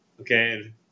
Okay